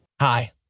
Hi